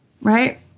Right